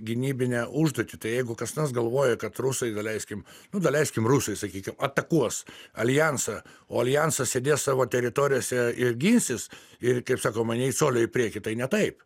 gynybinę užduotį tai jeigu kas nors galvoja kad rusai daleiskim nu daleiskim rusui sakykim atakuos aljansą o aljansas sėdės savo teritorijos ir ginsis ir kaip sakoma nei colio į priekį tai ne taip